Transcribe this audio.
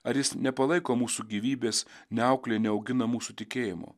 ar jis nepalaiko mūsų gyvybės neauklėja neaugina mūsų tikėjimo